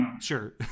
sure